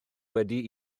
wedi